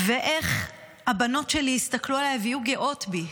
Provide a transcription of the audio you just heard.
ואיך הבנות שלי יסתכלו עליי ויהיו גאות בי,